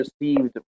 received